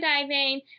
diving